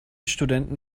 studenten